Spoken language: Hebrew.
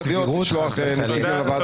לא מציינת כלום.